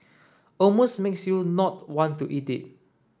almost makes you not want to eat it